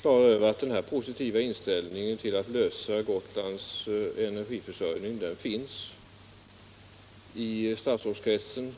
klar över att den positiva inställning till att lösa Gotlands energiförsörjning som herr Nilsson nämnde finns i statsråds kretsen.